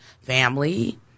family